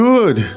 Good